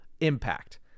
impact